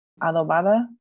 adobada